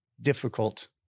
difficult